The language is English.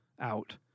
out